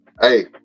Hey